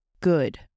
good